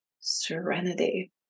Serenity